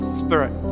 spirit